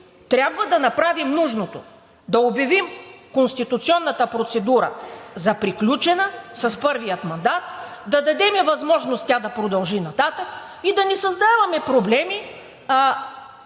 трябва да направим нужното: да обявим конституционната процедура за приключена с първия мандат, да дадем възможност тя да продължи нататък и да не създаваме проблеми